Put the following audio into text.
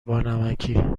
بانمکی